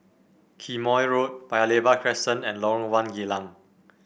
Quemoy Road Paya Lebar Crescent and Lorong One Geylang